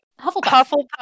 Hufflepuff